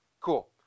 cool